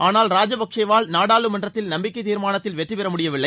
ஆனால் ராஜபக்சேவால் நாடாளுமன்றத்தில் நம்பிக்கை தீர்மானத்தில் வெற்றி பெற முடியவில்லை